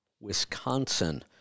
Wisconsin